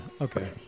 Okay